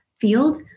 field